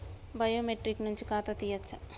Biometric నుంచి ఖాతా తీయచ్చా?